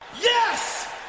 Yes